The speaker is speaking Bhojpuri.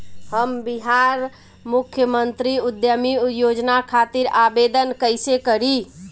हम बिहार मुख्यमंत्री उद्यमी योजना खातिर आवेदन कईसे करी?